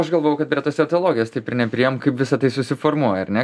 aš galvojau kad prie tos etiologijos taip ir nepriėjom kaip visa tai susiformuoja ar ne